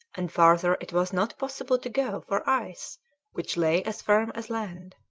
and farther it was not possible to go for ice which lay as firm as land.